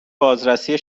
بازرسی